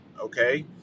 Okay